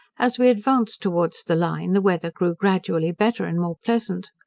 as we advanced towards the line, the weather grew gradually better and more pleasant.